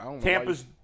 Tampa's